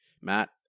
matt